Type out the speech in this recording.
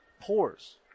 pores